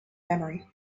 memory